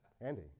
Andy